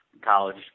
college